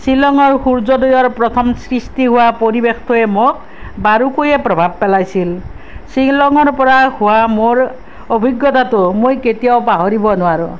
শ্বিলঙৰ সূৰ্য্য়দয়াৰ প্ৰথম সৃষ্টি হোৱা পৰিৱেশটোৱে মোক বাৰুকৈয়ে প্ৰভাৱ পেলাইছিল শ্বিলঙৰ পৰা হোৱা মোৰ অভিজ্ঞতাটো মই কেতিয়াও পাহৰিব নোৱাৰোঁ